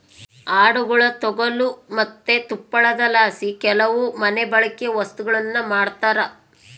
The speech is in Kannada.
ಆಡುಗುಳ ತೊಗಲು ಮತ್ತೆ ತುಪ್ಪಳದಲಾಸಿ ಕೆಲವು ಮನೆಬಳ್ಕೆ ವಸ್ತುಗುಳ್ನ ಮಾಡ್ತರ